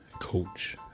Coach